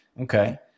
Okay